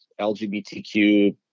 LGBTQ